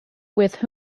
with